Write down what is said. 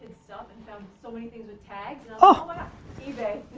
stuff and found so many things with tags, ah